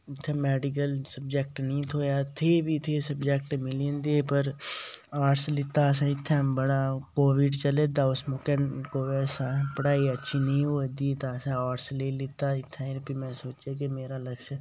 उत्थै medical subject नीं थ्होआ थे वी थे सब्जैक्ट मिलदे पर आर्ट्स लैता असें इत्थै बड़ा कोविड चले दा उस मोकै कोई ऐसा पढ़ाई अच्छी नीं होआ दी ही तां असें आर्ट्स लेई लैता इत्थै ते फ्ही में सोचेआ कि मेरा लक्ष्य